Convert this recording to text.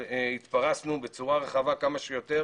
אבל התפרסנו בצורה רחבה כמה שיותר.